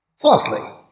Fourthly